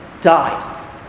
died